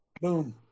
Boom